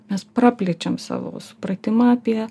mes praplečiam savo supratimą apie